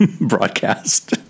broadcast